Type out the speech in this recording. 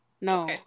No